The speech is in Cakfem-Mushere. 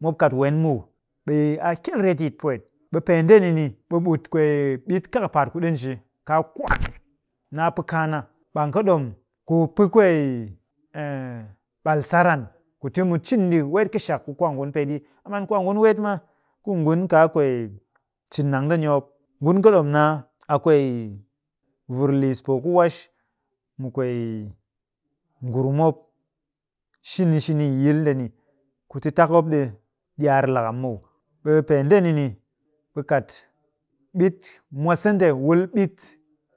mop kat wen muw. ɗe a kyeel retyit pwet. ɗe pee ndeni ni, ɓe ɓut kwee ɓit kakapaat ku ɗi nji, kwaan, naa pɨ kaa na. ɓe an kɨ ɗom ku pɨ kwee ɓal sar an ku ti mu cin ɗi weet kɨshak ku kwaangun peeɗi, a man kwaangun weet ma ku ngun kaa kwee cin nang ndeni mop, ngun kɨ ɗom naa a kwee vur liis poo ku washmu kwee ngurum mop shini shini yi yil ndeni. Ku ti tap mop ɗi ɗyaar lakam muw. ɓe pee ndeni ni, ɓe kat ɓit, mwase nde wul ɓit